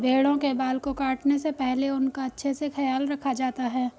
भेड़ों के बाल को काटने से पहले उनका अच्छे से ख्याल रखा जाता है